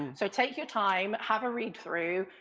so take your time, have a read-through,